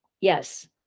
Yes